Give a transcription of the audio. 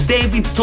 David